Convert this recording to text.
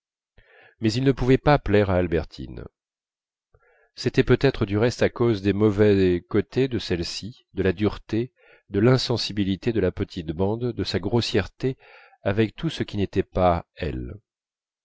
mais il ne pouvait pas plaire à albertine c'était peut-être du reste à cause des mauvais côtés de celle-ci de la dureté de l'insensibilité de la petite bande de sa grossièreté avec tout ce qui n'était pas elle